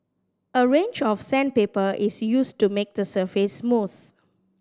a range of sandpaper is used to make the surface smooth